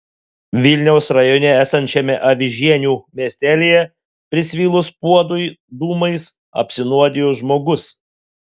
vilniaus rajone esančiame avižienių miestelyje prisvilus puodui dūmais apsinuodijo žmogus